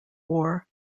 war